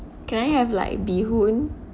can I have like beehoon